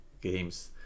games